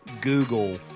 Google